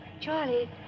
Charlie